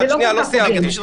שנייה, לא סיימתי.